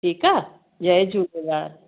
ठीकु आहे जय झूलेलाल